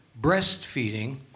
breastfeeding